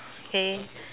okay